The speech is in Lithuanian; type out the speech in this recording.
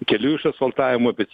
kelių išasfaltavimui bet